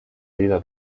vida